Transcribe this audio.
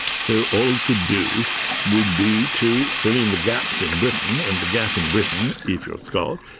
so all he could do would be to fill in the gaps in britain and the gap in britain, if you are a scot,